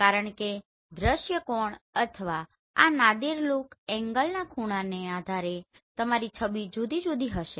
કારણ કે દૃશ્ય કોણ અથવા આ નાદિર લૂક એન્ગલના ખૂણાને આધારે તમારી છબી જુદી જુદી હશે